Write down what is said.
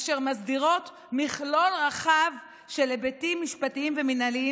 אשר מסדירות מכלול רחב של היבטים משפטיים ומינהליים